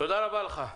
תודה רבה לך.